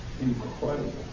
incredible